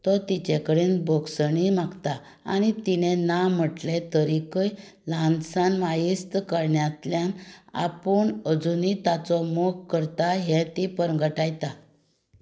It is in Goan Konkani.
तो तिजे कडेन भोगसणी मागता आनी तिणें ना म्हटलें तरिकय ल्हानसान मायेस्त करण्यांतल्यान आपूण अजूनय ताचो मोग करतां हें ती परगटायता